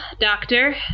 Doctor